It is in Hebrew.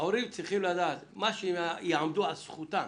ההורים צריכים לדעת שהם צריכים לעמוד על זכותם